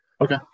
Okay